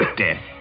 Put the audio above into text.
death